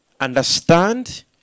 Understand